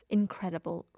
incredible